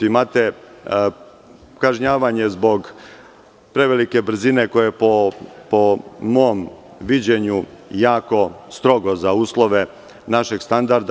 Imate kažnjavanje zbog prevelike brzine po mom viđenju jako strogo za uslove našeg standarda.